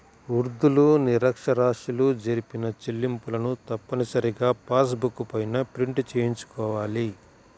వృద్ధులు, నిరక్ష్యరాస్యులు జరిపిన చెల్లింపులను తప్పనిసరిగా పాస్ బుక్ పైన ప్రింట్ చేయించుకోవాలి